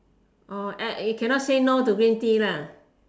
orh you cannot say no to green tea lah